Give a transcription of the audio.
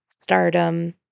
stardom